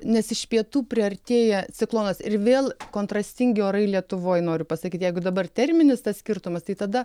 nes iš pietų priartėja ciklonas ir vėl kontrastingi orai lietuvoj noriu pasakyti jeigu dabar terminis tas skirtumas tai tada